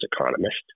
economist